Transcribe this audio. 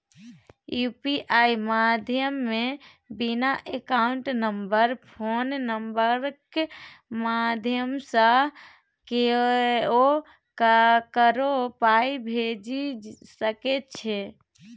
UPI माध्यमे बिना account number phone नंबरक माध्यमसँ केओ ककरो पाइ भेजि सकै छै